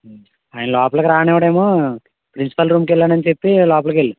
ఆయన లోపలికి రానివ్వడేమో ప్రిన్సిపాల్ రూమ్కెళ్ళానని చెప్పి లోపలికి వెళ్ళు